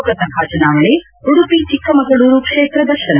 ಲೋಕಸಭಾ ಚುನಾವಣೆ ಉಡುಪಿ ಚಿಕ್ಕಮಗಳೂರು ಕ್ಷೇತ್ರ ದರ್ಶನ